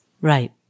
Right